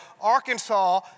Arkansas